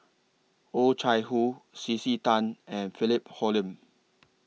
Oh Chai Hoo C C Tan and Philip Hoalim